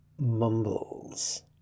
Mumbles